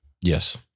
Yes